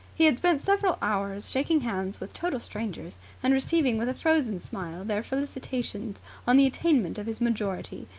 he had spent several hours shaking hands with total strangers and receiving with a frozen smile their felicitations on the attainment of his majority,